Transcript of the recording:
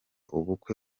ubukwe